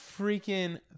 freaking